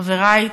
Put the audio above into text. חברי,